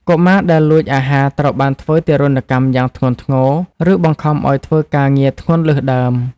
កុមារដែលលួចអាហារត្រូវបានធ្វើទារុណកម្មយ៉ាងធ្ងន់ធ្ងរ ឬបង្ខំឱ្យធ្វើការងារធ្ងន់លើសដើម។